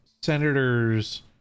senators